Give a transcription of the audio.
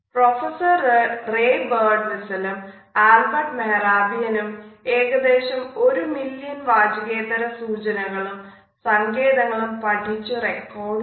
professor Ray ബേർഡ്വിസ്റ്റലും Albert മെഹ്റാബിയനും ഏകദേശം ഒരു മില്യൺ വാചികേതര സൂചനകളും സങ്കേതങ്ങളും പഠിച്ചു റെക്കോർഡ് ചെയ്തു